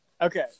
okay